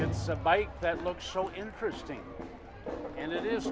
it's a bike that looks interesting and it is